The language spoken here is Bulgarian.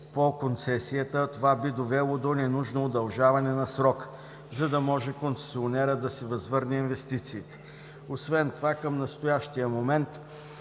по концесията, а това би довело до ненужно удължаване на срока, за да може концесионерът да си възвърне инвестициите. Освен това към настоящия момент